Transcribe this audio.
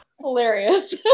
Hilarious